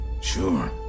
Sure